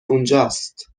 اونجاست